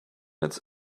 its